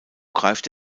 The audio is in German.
greift